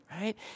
right